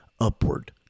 upward